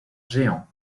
géant